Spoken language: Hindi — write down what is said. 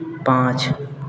पाँच